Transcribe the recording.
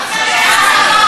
תתביישו לכם.